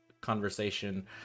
conversation